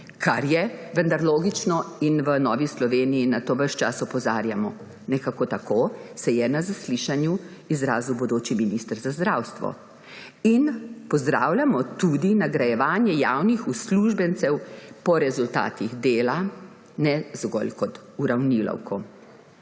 kar je vendar logično in v Novi Sloveniji na to ves čas opozarjamo. Nekako tako se je na zaslišanju izrazil bodoči minister za zdravstvo. Pozdravljamo tudi nagrajevanje javnih uslužbencev po rezultatih dela, ne zgolj kot uravnilovko.